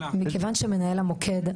מכיוון שמנהל המוקד,